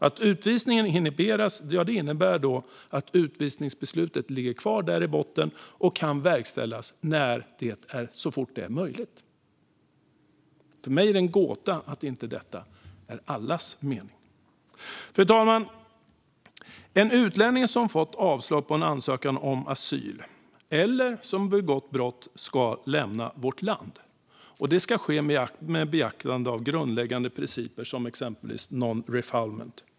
Att utvisningen inhiberas innebär då att utvisningsbeslutet ligger kvar i botten och kan verkställas så fort det är möjligt. För mig är det en gåta att detta inte är allas mening. Fru talman! En utlänning som fått avslag på en ansökan om asyl eller som har begått brott ska lämna vårt land. Det ska ske med beaktande av grundläggande principer som exempelvis non-refoulement.